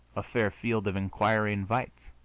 a fair field of inquiry invites.